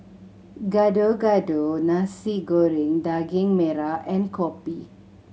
Gado Gado Nasi Goreng Daging Merah and kopi